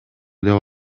деп